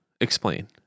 Explain